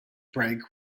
break